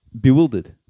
bewildered